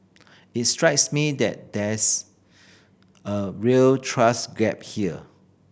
it strikes me that there's a real trust gap here